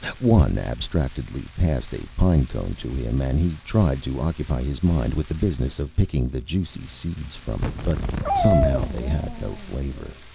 one abstractedly passed a pine cone to him and he tried to occupy his mind with the business of picking the juicy seeds from it, but somehow they had no flavor.